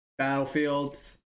battlefields